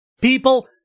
People